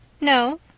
No